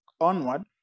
onward